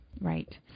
Right